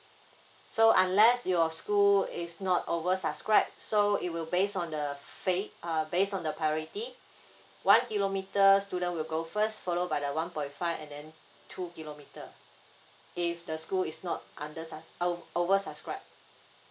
so unless your school is not over subscribe so it will based on the path uh based on the priority one kilometre student will go first followed by the one point five and then two kilometre if the school is not under size o~ over subscribe